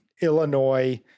Illinois